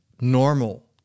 normal